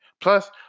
Plus